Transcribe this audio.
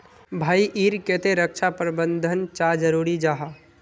भाई ईर केते रक्षा प्रबंधन चाँ जरूरी जाहा?